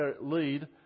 lead